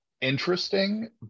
interesting